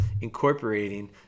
incorporating